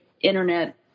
internet